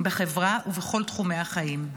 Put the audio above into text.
בחברה ובכל תחומי החיים.